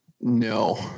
no